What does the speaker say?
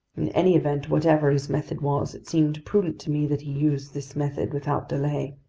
in any event, whatever his method was, it seemed prudent to me that he use this method without delay.